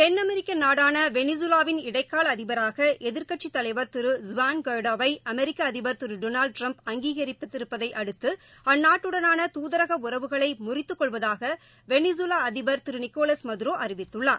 தென் அமெரிக்க நாடானா வெனிசுவேலா வின் இடைக்கால அதிபராக எதிர்க்கட்சித் தலைவர் திரு ஜூவான் ஹைடோவை அமெரிக்க அதிபர் திரு டொனால்டு ட்டிரம்ப் அங்கீகரித்திருப்பதை அடுத்து அந்நாட்டுடனான தூதரக உறவுகளை முறித்துக் கொள்வதாக வெளிகவேலா அதிபர் திரு நிக்கோலஸ் மதுரோ அறிவித்துள்ளார்